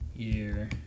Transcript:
year